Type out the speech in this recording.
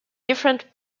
different